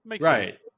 Right